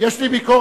יש לי ביקורת,